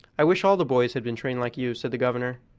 i wish all the boys had been trained like you, said the governor.